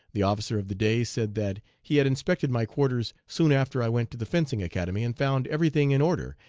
the officer of the day said that he had inspected my quarters soon after i went to the fencing academy and found everything in order,